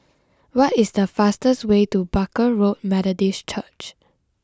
what is the fastest way to Barker Road Methodist Church